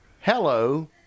Hello